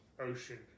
ocean